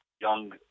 young